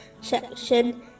section